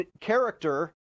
character